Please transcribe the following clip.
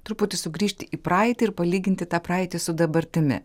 truputį sugrįžti į praeitį ir palyginti tą praeitį su dabartimi